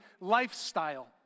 lifestyle